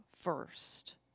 first